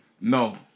No